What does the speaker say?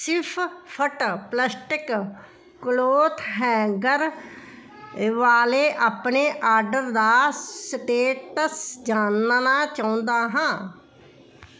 Swift plastic cloth hanger ਵਾਲੇ ਆਪਣੇ order ਦਾ ਸਟੇਟਸ ਜਾਣਨਾ ਚਾਹੁੰਦਾ ਹਾਂ